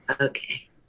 Okay